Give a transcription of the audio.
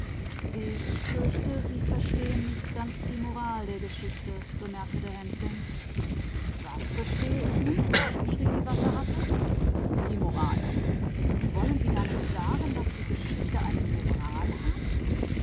ich fürchte sie verstehen die moral der geschichte nicht ganz bemerkte der grünspecht die was schrie der wasserratz die moral wollen sie damit sagen daß die geschichte eine moral hat